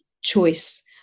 choice